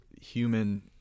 human